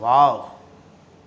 wow